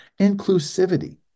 inclusivity